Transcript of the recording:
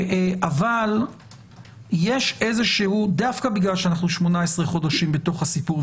אבל דווקא בגלל שאנחנו 18 חודשים בתוך הסיפור,